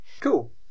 Cool